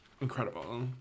incredible